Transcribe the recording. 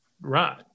Right